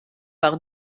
par